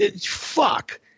Fuck